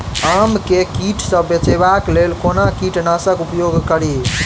आम केँ कीट सऽ बचेबाक लेल कोना कीट नाशक उपयोग करि?